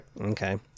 Okay